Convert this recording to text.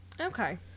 Okay